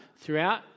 throughout